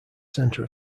center